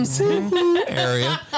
Area